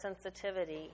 sensitivity